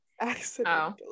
Accidentally